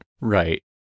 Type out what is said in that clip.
Right